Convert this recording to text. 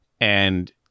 and-